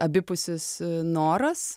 abipusis noras